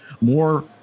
more